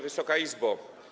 Wysoka Izbo!